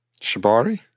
Shibari